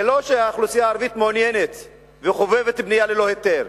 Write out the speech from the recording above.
זה לא שהאוכלוסייה הערבית מעוניינת וחובבת בנייה ללא היתר,